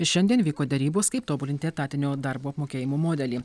šiandien vyko derybos kaip tobulinti etatinio darbo apmokėjimo modelį